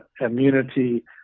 immunity